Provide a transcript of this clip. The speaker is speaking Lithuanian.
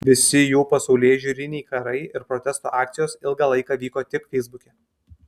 visi jų pasaulėžiūriniai karai ir protesto akcijos ilgą laiką vyko tik feisbuke